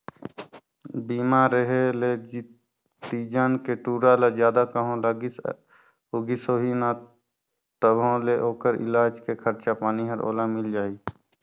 बीमा रेहे ले तीजन के टूरा ल जादा कहों लागिस उगिस होही न तभों ले ओखर इलाज के खरचा पानी हर ओला मिल जाही